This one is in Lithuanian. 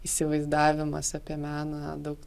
įsivaizdavimas apie meną daug